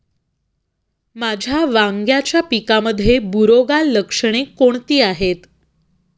माझ्या वांग्याच्या पिकामध्ये बुरोगाल लक्षणे कोणती आहेत?